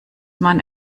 man